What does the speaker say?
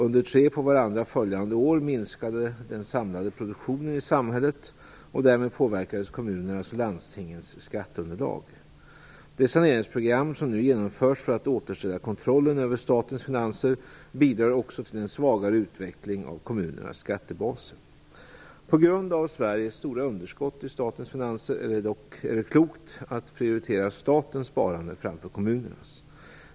Under tre på varandra följande år minskade den samlade produktionen i samhället, och därmed påverkades kommunernas och landstingens skatteunderlag. Det saneringsprogram som nu genomförs för att återställa kontrollen över statens finanser bidrar också till en svagare utveckling av kommunernas skattebaser. På grund av Sveriges stora underskott i statens finanser är det klokt att prioritera statens sparande framför kommunernas.